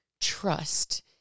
trust